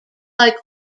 like